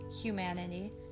humanity